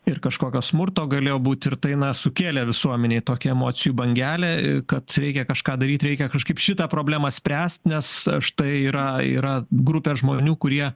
ir kažkokio smurto galėjo būt ir tai sukėlė visuomenėj tokią emocijų bangelę į kad reikia kažką daryt reikia kažkaip šitą problemą spręst nes aš tai yra yra grupė žmonių kurie